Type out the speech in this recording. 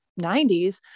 90s